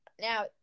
Now